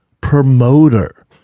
promoter